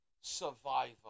Survivor